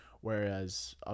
whereas